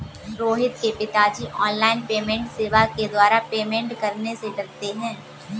रोहित के पिताजी online payment सेवा के द्वारा पेमेंट करने से डरते हैं